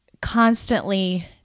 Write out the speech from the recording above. constantly